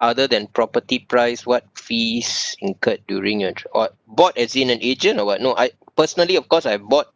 other than property price what fees incurred during your tran~ or bought as in a agent or [what] no I personally of course I bought